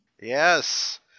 Yes